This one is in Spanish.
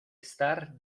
estar